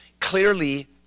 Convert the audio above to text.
Clearly